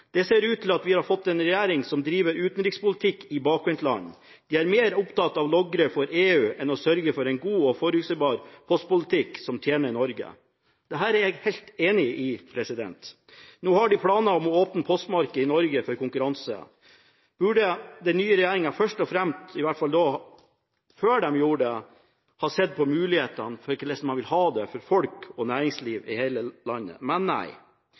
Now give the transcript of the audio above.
minst ser har provosert Postkoms forbundsleder Odd Christian Øverland, og jeg vil sitere ham: «Vi har fått en regjering som driver utenrikspolitikk i bakvendtland. De er mer opptatt av å logre for EU enn å sørge for en god og forutsigbar postpolitikk som tjener Norge.» Dette er jeg helt enig i. Når de nå har planer om å åpne postmarkedet i Norge for konkurranse, burde den nye regjeringen først og fremst, i hvert fall før de gjør dette, sett på mulighetene for hvordan de vil ha det for folk og næringsliv i hele landet – men nei!